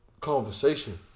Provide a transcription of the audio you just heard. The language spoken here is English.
conversation